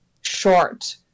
short